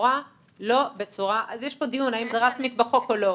כאן דיון, האם זה רשמית בחוק או לא.